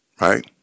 right